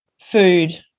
food